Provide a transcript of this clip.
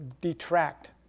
detract